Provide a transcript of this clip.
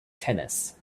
tennis